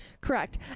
Correct